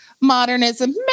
modernism